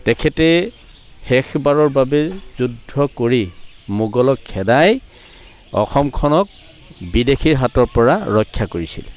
তেখেতে শেষবাৰৰ বাবে যুদ্ধ কৰি মোগলক খেদাই অসমখনক বিদেশীৰ হাতৰ পৰা ৰক্ষা কৰিছিল